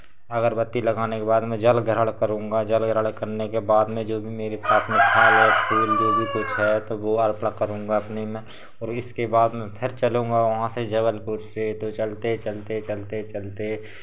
अगरबत्ती लगाने के बाद मैं जल ग्रहण करूंगा जल ग्रहण करने के बाद मैं जो भी मेरी फूल जो भी कुछ है तो वो अर्पणा करूंगा अपनी मैं और इसके बाद मैं फिर चलूँगा वहाँ से जबलपुर से तो चलते चलते चलते चलते